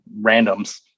randoms